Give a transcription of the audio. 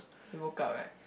he workout right